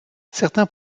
certains